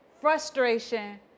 frustration